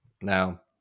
Now